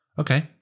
Okay